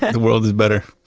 the world is better.